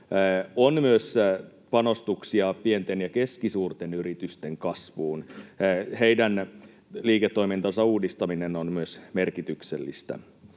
on myös panostuksia pienten ja keskisuurten yritysten kasvuun. Myös niiden liiketoiminnan uudistaminen on merkityksellistä.